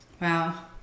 wow